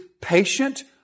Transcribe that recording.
patient